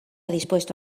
dispuesto